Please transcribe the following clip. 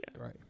Right